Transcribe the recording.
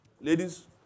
Ladies